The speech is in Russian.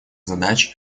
задач